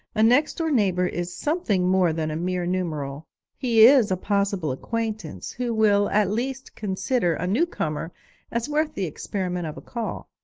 a next-door neighbour is something more than a mere numeral he is a possible acquaintance, who will at least consider a new-comer as worth the experiment of a call.